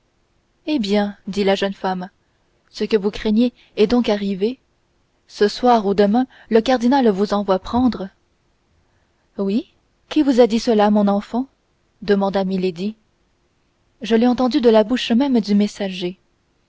eh bien dit la jeune femme ce que vous craigniez est donc arrivé ce soir ou demain le cardinal vous envoie prendre qui vous a dit cela mon enfant demanda milady je l'ai entendu de la bouche même du messager